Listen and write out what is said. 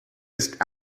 ist